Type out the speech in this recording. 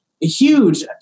huge